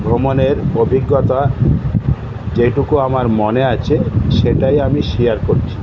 ভ্রমণের অভিজ্ঞতা যেটুকু আমার মনে আছে সেটাই আমি শেয়ার করছি